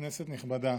כנסת נכבדה,